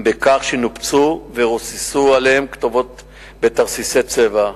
הם נופצו ורוססו עליהם כתובות בתרסיסי צבע.